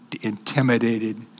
intimidated